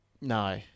No